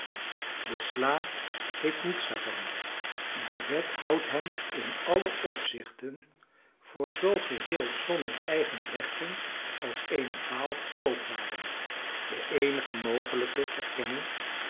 de slaaf heeft niets daarvan de wet houdt hem in alle opzichten voor zoo geheel zonder eigen rechten als eene baal koopwaren de eenig mogelijke erkenning